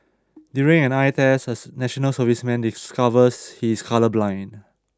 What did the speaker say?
during an eye test a National Serviceman discovers he is colourblind